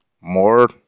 More